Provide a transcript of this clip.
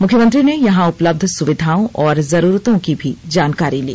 मुख्यमंत्री ने यहां उपलब्ध सुविधाओं और जरूरतों की भी जानकारी ली